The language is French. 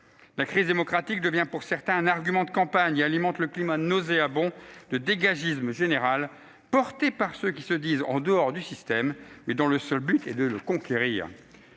La crise démocratique devient pour certains un argument de campagne et alimente le climat nauséabond de « dégagisme » général, porté par ceux qui se disent en dehors du système, mais dont le seul but est de le conquérir